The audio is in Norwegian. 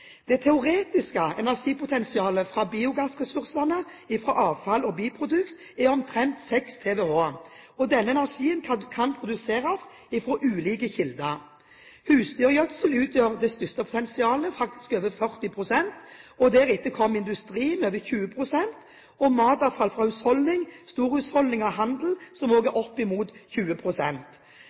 Det teoretiske energipotensialet fra biogassressurser fra avfall og biprodukter er omtrent 6 TWh. Denne energien kan produseres fra ulike kilder: Husdyrgjødsel utgjør det største potensialet, faktisk over 40 pst. Deretter kommer industri med over 20 pst. og matavfall fra husholdninger, storhusholdninger og handel, som også er